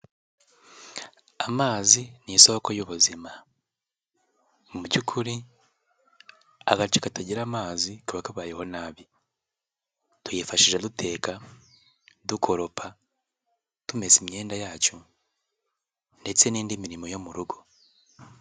Amazi ni isoko y'ubuzima. Mu by'ukuri agace katagira amazi kaba kabayeho nabi, tuyifashisha duteka dukoropa tumesa imyenda yacu ndetse n'indi mirimo yo mu rugo